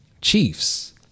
Chiefs